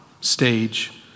stage